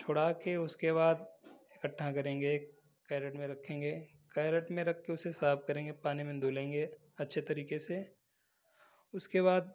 छुड़ा कर उसके बाद इकट्ठा करेंगे कैरेट में रखेंगे कैरेट में रख कर उसे साफ करेंगे पानी में धुलेंगे अच्छे तरीके से उसके बाद